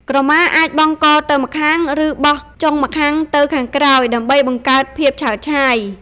ក្រមាអាចបង់កទៅម្ខាង ឬបោះចុងម្ខាងទៅខាងក្រោយ ដើម្បីបង្កើតភាពឆើតឆាយ។